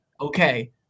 Okay